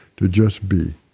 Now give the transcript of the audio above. to just be,